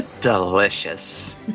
delicious